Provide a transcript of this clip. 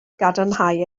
gadarnhau